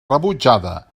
rebutjada